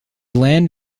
land